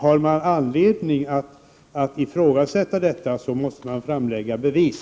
Har man anledning att ifrågasätta detta, måste man framlägga bevis.